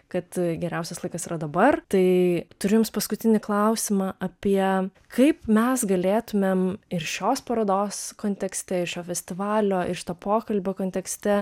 kad geriausias laikas yra dabar tai turiu jums paskutinį klausimą apie kaip mes galėtumėm ir šios parodos kontekste ir šio festivalio ir šito pokalbio kontekste